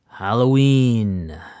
Halloween